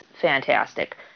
fantastic